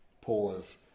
Pause